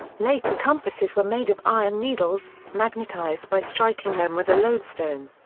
later compasses were made of iron needles, magnetized by striking them with a lodestone.